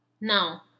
Now